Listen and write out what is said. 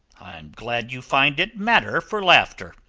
i'm glad you find it matter for laughter.